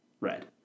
red